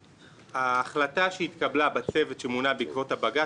ההחלטה שהתקבלה בצוות שמונה בעקבות הבג"ץ